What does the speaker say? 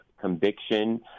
conviction